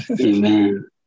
Amen